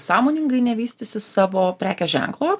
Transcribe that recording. sąmoningai nevystysi savo prekės ženklo